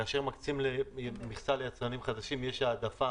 כאשר מקצים מכסה ליצרנים חדשים יש העדפה